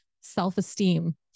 self-esteem